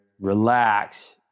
relax